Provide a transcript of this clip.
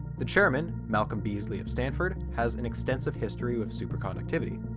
the chairman malcolm beasley of stanford has an extensive history with superconductivity.